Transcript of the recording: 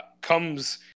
comes